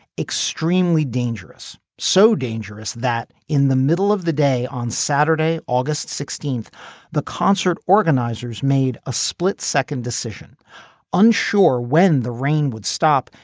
extremely dangerous so dangerous that in the middle of the day on saturday august sixteenth the concert organizers made a split second decision unsure when the rain would stop.